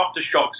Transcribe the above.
aftershocks